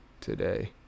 today